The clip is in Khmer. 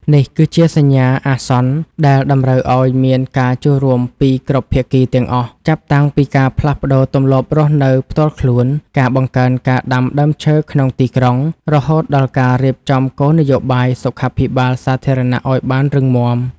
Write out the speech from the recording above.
នេះគឺជាសញ្ញាអាសន្នដែលតម្រូវឱ្យមានការចូលរួមពីគ្រប់ភាគីទាំងអស់ ចាប់តាំងពីការផ្លាស់ប្តូរទម្លាប់រស់នៅផ្ទាល់ខ្លួន ការបង្កើនការដាំដើមឈើក្នុងទីក្រុង រហូតដល់ការរៀបចំគោលនយោបាយសុខាភិបាលសាធារណៈឱ្យបានរឹងមាំ។